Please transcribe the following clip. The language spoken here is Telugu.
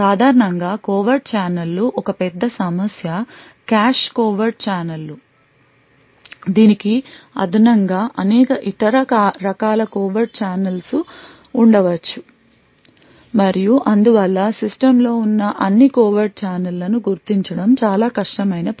సాధారణంగా కోవర్ట్ ఛానెల్లు ఒక పెద్ద సమస్య కాష్ కోవర్ట్ ఛానెల్లు దీనికి అదనంగా అనేక ఇతర రకాల కోవర్ట్ చానెల్స్ లు ఉండవచ్చు మరియు అందువల్ల సిస్టమ్ లో ఉన్న అన్ని కోవర్ట్ ఛానెల్ లను గుర్తించడం చాలా కష్టమైన పని